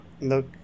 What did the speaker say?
Look